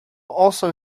also